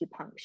acupuncture